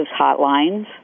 hotlines